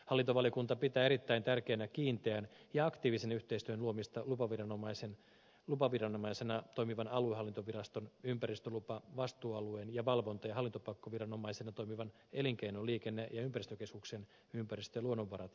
hallintovaliokunta pitää erittäin tärkeänä kiinteän ja aktiivisen yhteistyön luomista lupaviranomaisena toimivan aluehallintoviraston ympäristölupavastuualueen ja valvonta ja hallintopakkoviranomaisena toimivan elinkeino liikenne ja ympäristökeskuksen ympäristö ja luonnonvarat vastuualueen kesken